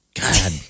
god